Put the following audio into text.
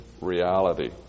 reality